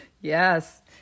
Yes